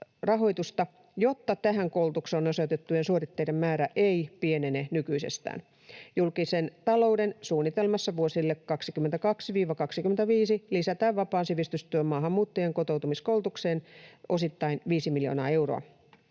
jotta tähän koulutukseen osoitettujen suoritteiden määrä ei pienene nykyisestään. Julkisen talouden suunnitelmassa vuosille 22—25 lisätään vapaan sivistystyön maahanmuuttajien kotoutumiskoulutukseen vuosittain 5 miljoonaa euroa.